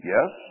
Yes